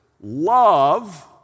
love